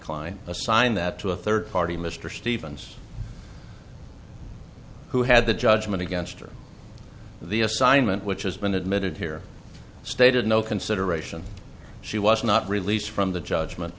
client assigned that to a third party mr stevens who had the judgment against the assignment which has been admitted here stated no consideration she was not released from the judgment